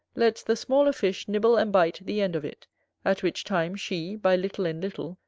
lets the smaller fish nibble and bite the end of it at which time she, by little and little,